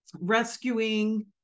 rescuing